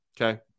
Okay